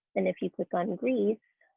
and if you click on greece